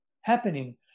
happening